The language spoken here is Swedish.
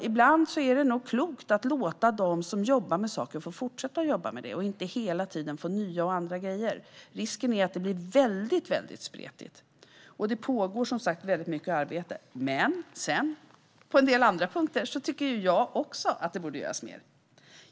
Ibland är det nog klokt att låta dem som jobbar med saker få fortsätta att jobba med det och inte hela tiden ge dem nya och andra grejer. Risken är att det blir väldigt spretigt, och det pågår som sagt redan mycket arbete. Men på en del andra punkter tycker också jag att det behöver göras mer.